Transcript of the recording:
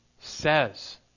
says